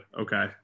Okay